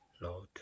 Lord